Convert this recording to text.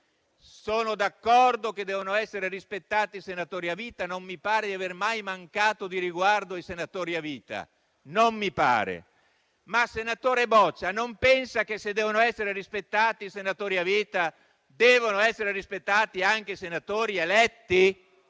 Sono d'accordo che devono essere rispettati i senatori a vita e non mi pare di aver mai mancato di riguardo ai senatori a vita. Senatore Boccia, non pensa però che, se devono essere rispettati i senatori a vita, devono essere rispettati anche i senatori eletti?